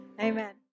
Amen